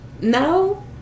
no